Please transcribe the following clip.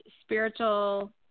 spiritual